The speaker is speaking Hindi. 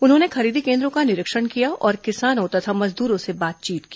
उन्होंने खरीदी केन्द्रों का निरीक्षण किया और किसानों तथा मजदूरों से बातचीत की